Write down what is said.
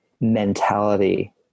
mentality